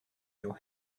your